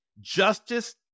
Justice